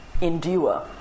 endure